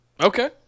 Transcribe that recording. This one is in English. Okay